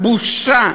בושה.